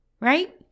right